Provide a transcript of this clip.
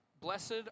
Blessed